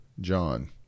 John